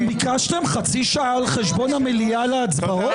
ביקשתם חצי שעה על חשבון המליאה להצבעות?